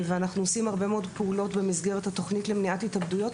אנחנו עושים הרבה מאוד פעולות במסגרת התוכנית למניעת התאבדויות,